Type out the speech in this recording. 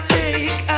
take